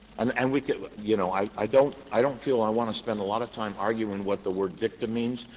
and and we could you know, i i don't i don't feel i want to spend a lot of time arguing what the word dicta means,